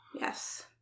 Yes